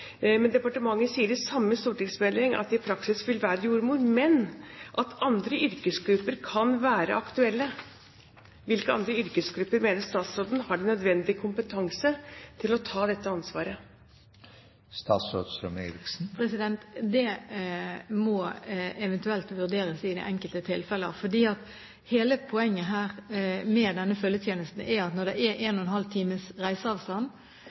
Men departementet sier i samme stortingsmelding at i praksis vil det være jordmor, men at «andre yrkesgrupper kan også være aktuelle». Hvilke andre yrkesgrupper mener statsråden har den nødvendige kompetanse til å ta dette ansvaret? Det må eventuelt vurderes i det enkelte tilfellet. Følgetjeneste får man når det er en og en halv times reiseavstand eller mer. Jeg må si at jeg er